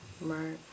Right